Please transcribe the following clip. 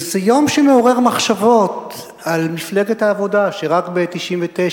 זה יום שמעורר מחשבות על מפלגת העבודה שרק ב-1999,